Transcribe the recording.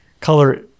color